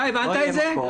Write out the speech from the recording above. אתה הבנת את זה?